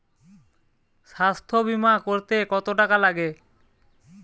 স্বাস্থ্যবীমা করতে কত টাকা লাগে?